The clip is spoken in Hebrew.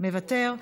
אינה נוכחת,